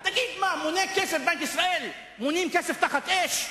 תגיד, מונה כסף בבנק ישראל, מונים כסף תחת אש?